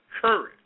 courage